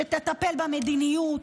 שתטפל במדיניות,